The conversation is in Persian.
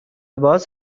باز